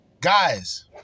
guys